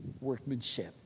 workmanship